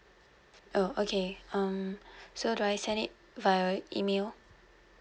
oh okay um so do I send it via email